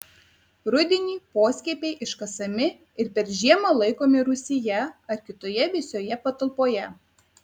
rudenį poskiepiai iškasami ir per žiemą laikomi rūsyje ar kitoje vėsioje patalpoje